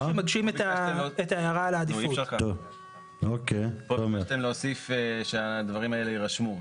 צריך להוסיף שהדברים האלה יירשמו.